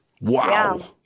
Wow